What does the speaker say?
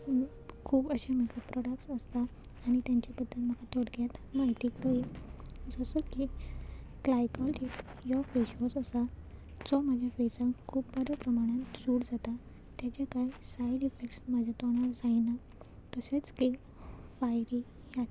खूब अशें makeup products आसता आनी तेंच्या बद्दल म्हाका थोडक्यांत म्हायती रोयल् जसो की क्लायकॉली हो फेशवॉश आसा जो म्हाज्या फेसान खूब बऱ्या प्रमाणान सूट जाता तेजे कांय सायड इफेक्ट्स म्हाज्या तोंडार जायना तशेंच की फायरी ह्या